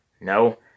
No